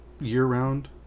year-round